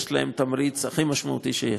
יש להם תמריץ הכי משמעותי שיש.